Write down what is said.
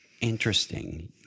Interesting